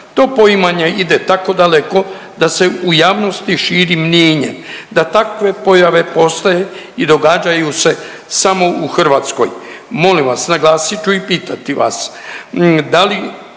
To poimanje ide tako daleko da se u javnosti širi mnijenje da takve pojave postoje i događaju se samo u Hrvatskoj. Molim vas naglasit ću i pitati vas da li